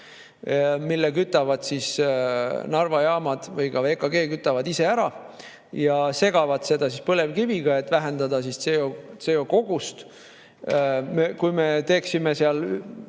mille kütavad Narva jaamad või ka VKG ise ära ja segavad seda siis põlevkiviga, et vähendada CO2‑kogust. Kui me teeksime seal